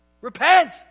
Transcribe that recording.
Repent